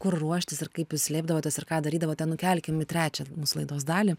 kur ruoštis ir kaip jūs slėpdavotės ir ką darydavote nukelkim į trečią mūsų laidos dalį